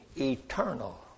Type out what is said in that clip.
eternal